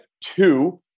two